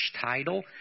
title